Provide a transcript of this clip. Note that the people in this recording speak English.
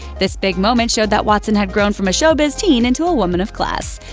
this big moment showed that watson had grown from a showbiz teen into a woman of class.